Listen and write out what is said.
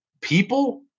people